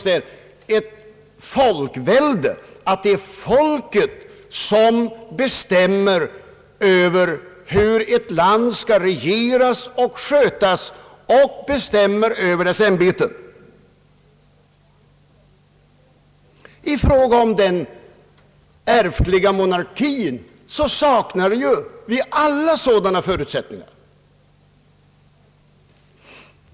Den innebär att det är folket som bestämmer över hur ett land skall regeras och skötas och över dess ämbeten. I fråga om den ärftliga monarkin saknas ju alla sådana förutsättningar.